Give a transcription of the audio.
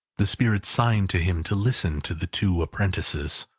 the spirit signed to him to listen to the two apprentices,